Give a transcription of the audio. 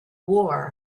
war